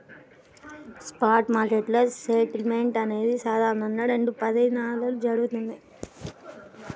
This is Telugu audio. స్పాట్ మార్కెట్లో సెటిల్మెంట్ అనేది సాధారణంగా రెండు పనిదినాల్లో జరుగుతది,